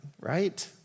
right